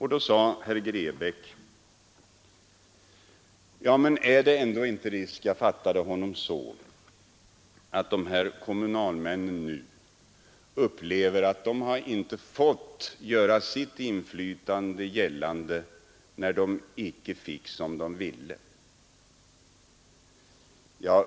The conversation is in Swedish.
Herr Grebäck undrade om det ändå inte finns risk för — åtminstone fattade jag honom så — att dessa kommunalmän upplever att de inte har fått göra sitt inflytande gällande, eftersom de inte har fått som de ville.